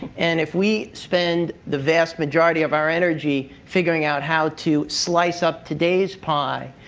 and if we spend the vast majority of our energy figuring out how to slice up today's pie,